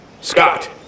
Scott